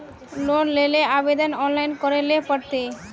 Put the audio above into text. Loan लेले आवेदन online करे ले पड़ते?